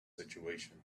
situation